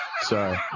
sorry